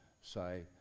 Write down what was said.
say